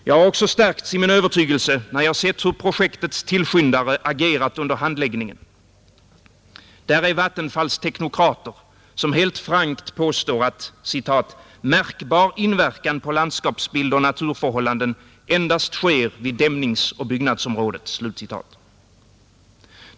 Jag har också stärkts i min övertygelse när jag sett hur projektets tillskyndare agerat under handläggningen. Där är Vattenfalls teknokrater som helt frankt påstår att ”märkbar inverkan på landskapsbild och naturförhållanden endast sker vid dämningsoch byggnadsområdet”.